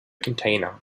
container